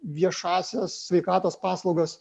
viešąsias sveikatos paslaugas